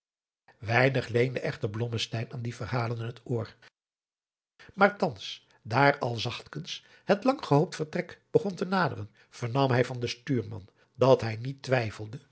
weinig leende echter blommesteyn aan die verhalen het oor maar thans daar al zachtkens het lang gehoopt vertrek begon te naderen vernam hij van den stuurman dat hij niet twijfelde